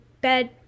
bed